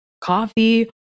coffee